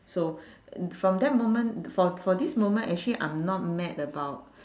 so from that moment for for this moment actually I'm not mad about